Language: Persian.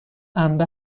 انبه